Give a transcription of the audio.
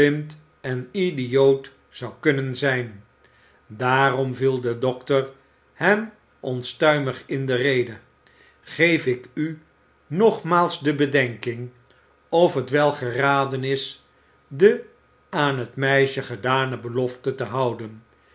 en idioot zou kunnen zijn daarom viel de dokter hem onstuimig in de rede geef ik u nogmaals in bedenking of het wel geraden is de aan het meisle gedane belofte te houden